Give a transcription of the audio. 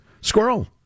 Squirrel